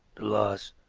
the loss,